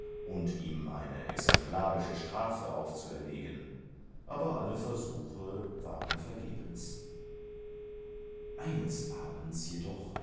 und ihm eine exemplarische strafe aufzuerlegen aber alle versuche waren vergebens eines abends jedoch